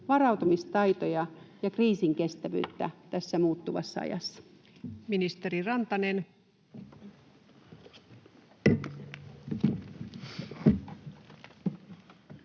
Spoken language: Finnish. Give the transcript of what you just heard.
varautumistaitoja ja kriisinkestävyyttä tässä muuttuvassa ajassa?